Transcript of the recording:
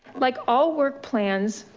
like all work plans,